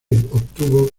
obtuvo